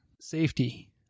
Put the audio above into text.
safety